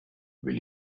will